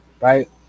right